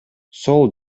сол